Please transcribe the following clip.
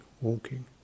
walking